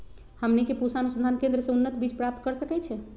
हमनी के पूसा अनुसंधान केंद्र से उन्नत बीज प्राप्त कर सकैछे?